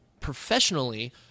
professionally